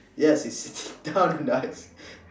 yes it's sitting down in the ice